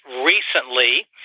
recently